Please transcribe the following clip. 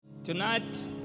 Tonight